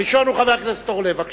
הראשון הוא חבר הכנסת אורלב, בבקשה.